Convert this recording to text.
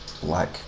black